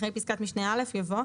אחרי פסקת משנה (א) יבוא: